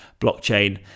blockchain